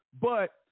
but-